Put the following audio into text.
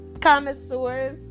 Connoisseurs